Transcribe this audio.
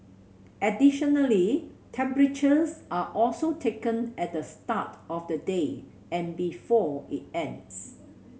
additionally temperatures are also taken at the start of the day and before it ends